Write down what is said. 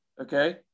okay